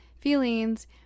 feelings